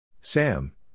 Sam